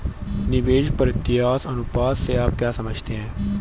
निवेश परिव्यास अनुपात से आप क्या समझते हैं?